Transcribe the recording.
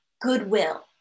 goodwill